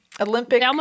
Olympic